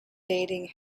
dating